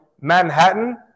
Manhattan